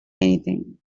anything